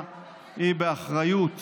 היא באחריות